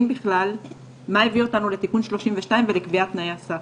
בכלל מה הביא אותנו לתיקון 32 ולקביעת תנאי הסף.